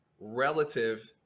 relative